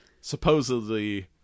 supposedly